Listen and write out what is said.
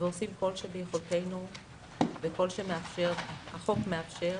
ועושים כל שביכולתנו וכל שהחוק מאפשר.